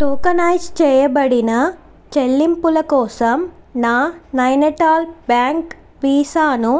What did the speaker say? tokenise చేయబడిన చెల్లింపుల కోసం నా నైనిటాల్ బ్యాంక్ వీసాను